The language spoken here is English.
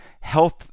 health